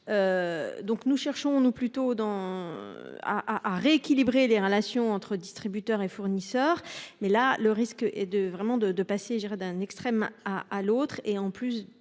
Nous cherchons plutôt à rééquilibrer les relations entre distributeurs et fournisseurs. Le risque est là de passer d'un extrême à l'autre.